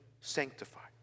sanctified